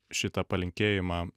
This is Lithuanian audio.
šitą palinkėjimą